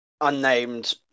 unnamed